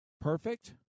Perfect